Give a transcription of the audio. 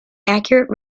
inaccurate